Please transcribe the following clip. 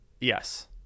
yes